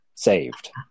Saved